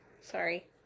Sorry